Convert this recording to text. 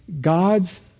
God's